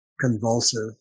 convulsive